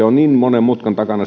on niin monen mutkan takana